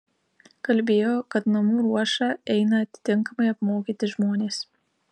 kalbėjo kad namų ruošą eina atitinkamai apmokyti žmonės